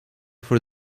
for